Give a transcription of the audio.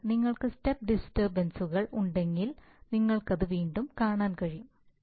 അതിനാൽ നിങ്ങൾക്ക് സ്റ്റെപ്പ് ഡിസ്റ്റർബൻസ്സുകൾ ഉണ്ടെങ്കിൽ നിങ്ങൾക്ക് അത് വീണ്ടും കാണാൻ കഴിയും